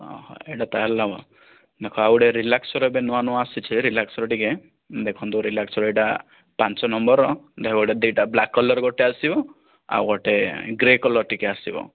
ହଁ ହଉ ଏଇଟା ତାହାଲେ ନେବ ଦେଖ ଆଉ ଗୋଟେ ରିଲାକ୍ସୋର ଏବେ ନୂଆ ନୂଆ ଆସିଛି ରିଲାକ୍ସୋର ଟିକେ ଦେଖନ୍ତୁ ରିଲାକ୍ସୋର ଏଇଟା ପାଞ୍ଚ ନମ୍ବର ଦେଖ ଏଇଟା ଦୁଇ ଟା ବ୍ଲାକ୍ କଲର୍ ଗୋଟେ ଆସିବ ଆଉ ଗୋଟେ ଗ୍ରେ କଲର୍ ଟିକେ ଆସିବ